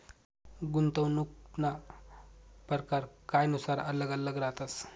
गुंतवणूकना परकार कायनुसार आल्लग आल्लग रहातस